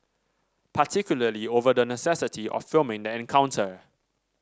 particularly over the necessity of filming the encounter